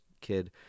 kid